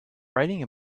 riding